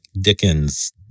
Dickens